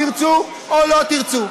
תרצו או לא תרצו.